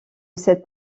cette